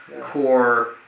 core